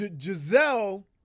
Giselle